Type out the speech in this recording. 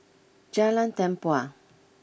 Jalan Tempua